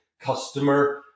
customer